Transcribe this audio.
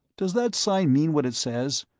does that sign mean what it says?